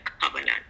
covenant